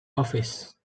office